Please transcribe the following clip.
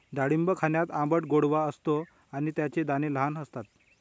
डाळिंब खाण्यात आंबट गोडवा असतो आणि त्याचे दाणे लहान असतात